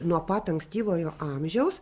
nuo pat ankstyvojo amžiaus